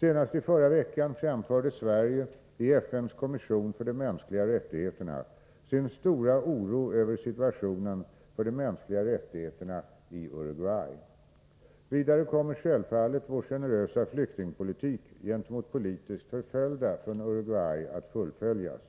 Senast i förra veckan framförde Sverige i FN:s kommission för de mänskliga rättigheterna sin stora oro över situationen för de mänskliga rättigheterna i Uruguay. Vidare kommer självfallet vår generösa flyktingpolitik gentemot politiskt förföljda från Uruguay att fullföljas.